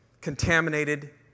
contaminated